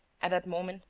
at that moment,